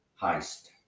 Heist